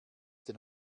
den